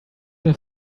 have